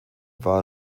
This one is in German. war